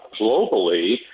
globally